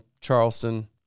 Charleston